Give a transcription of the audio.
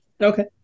Okay